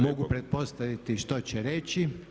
Mogu pretpostaviti što će reći.